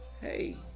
hey